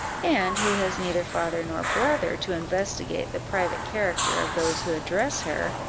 and who has neither father nor brother to investigate the private character of those who address her,